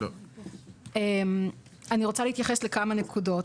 אני רוצה להתייחס לכמה נקודות.